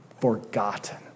forgotten